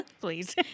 Please